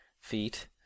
feet